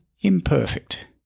imperfect